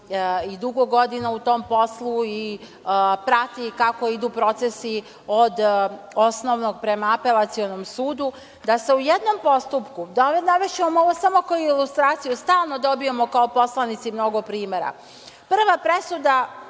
i dugo godina u tom poslu, i prati kako idu procesi od Osnovnog prema Apelacionom sudu, da se u jednom postupku, navešću vam ovo samo kao ilustraciju, stalno dobijamo kao poslanici mnogo primera. Prva presuda